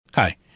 Hi